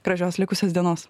gražios likusios dienos